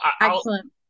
Excellent